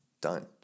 done